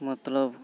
ᱢᱚᱛᱞᱚᱵᱽ